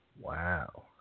Wow